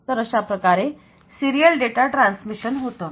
तर अशाप्रकारे serial data transmission होतं